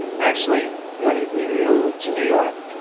actually, when we moved to new york,